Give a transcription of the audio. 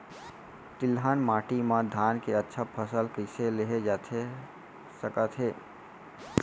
तिलहन माटी मा धान के अच्छा फसल कइसे लेहे जाथे सकत हे?